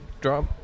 drop